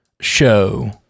show